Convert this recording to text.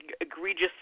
egregious